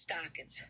stockings